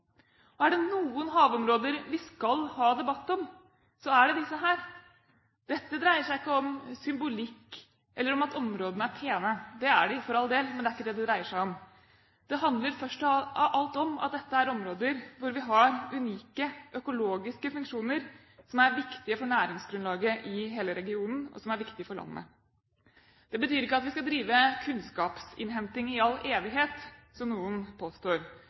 Og er det noen havområder vi skal ha debatt om, er det disse. Dette dreier seg ikke om symbolikk eller om at områdene er pene. Det er de, for all del, men det er ikke det det dreier seg om. Det handler først av alt om at dette er områder hvor vi har unike økologiske funksjoner som er viktige for næringsgrunnlaget i hele regionen, og som er viktige for landet. Det betyr ikke at vi skal drive kunnskapsinnhenting i all evighet, som noen påstår,